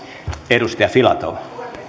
edustaja filatov puhemies